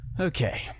Okay